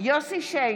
יוסף שיין,